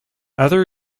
other